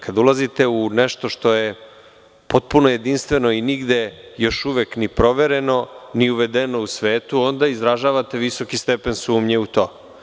Kada ulazite u nešto što je potpuno jedinstveno i nigde još uvek ni provereno ni uvedeno u svetu, onda izražavate visoki stepen sumnje u to.